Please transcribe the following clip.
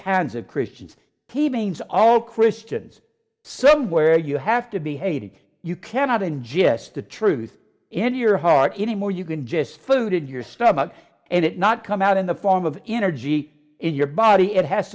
kinds of christians t beings all christians some where you have to be hated you cannot ingest the truth in your heart anymore you can just food in your stomach and it not come out in the form of energy in your body it has